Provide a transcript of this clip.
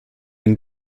been